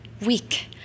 week